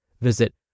Visit